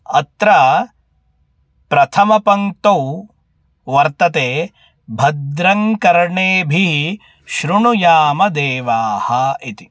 अत्र प्रथमपङ्क्तौ वर्तते भद्रङ्कर्णेभिः शृणुयाम देवाः इति